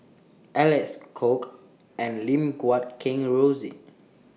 Alec Kuok and Lim Guat Kheng Rosie